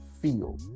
feel